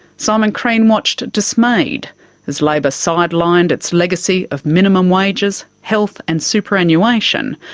simon crean watched dismayed as labor sidelined its legacy of minimum wages, health and superannuation,